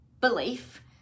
belief